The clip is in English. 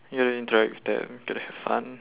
ya you interact with them to have fun